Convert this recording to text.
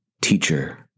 Teacher